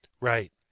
Right